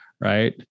right